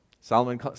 Solomon